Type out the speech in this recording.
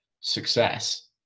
success